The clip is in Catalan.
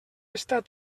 estat